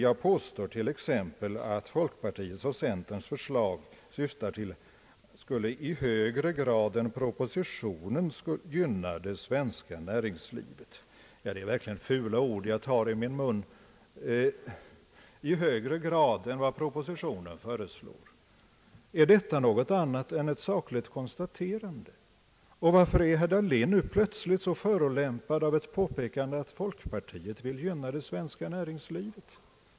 Jag påstår t.ex., säger han, att folkpartiets och centerns förslag skulle i högre grad än propositionens gynna det svenska näringslivet. Ja, det är verkligen fula ord jag tar i min mun. Om jag säger »i högre grad än vad propositionen föreslår», är då detta någonting annat än ett sakligt konstaterande? Varför är herr Dahlén nu plötsligen så förolämpad av ett påpekande att folkpartiet vill gynna det svenska näringslivet?